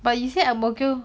but you said ang mo kio